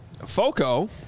FOCO